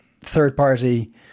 third-party